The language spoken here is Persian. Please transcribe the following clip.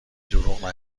دروغ